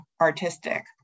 artistic